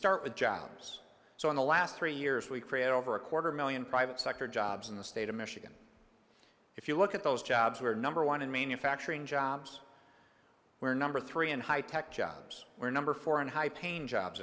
start with jobs so in the last three years we've created over a quarter million private sector jobs in the state of michigan if you look at those jobs we're number one in manufacturing jobs we're number three in high tech jobs we're number four in high paying jobs